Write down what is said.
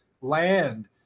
land